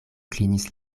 klinis